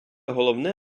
головне